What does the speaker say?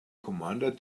commander